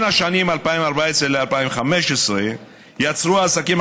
בין השנים 2014 ו-2015 יצרו העסקים